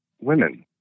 women